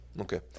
Okay